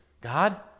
God